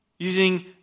using